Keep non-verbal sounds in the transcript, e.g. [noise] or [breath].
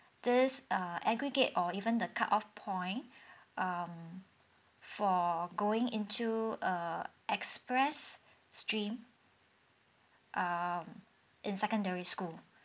this err aggregate or even the cut off point [breath] um for going into err express stream um in secondary school